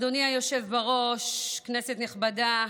אדוני היושב בראש, כנסת נכבדה,